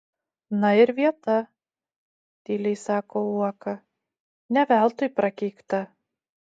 na ir vieta tyliai sako uoka ne veltui prakeikta